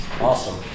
Awesome